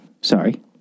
sorry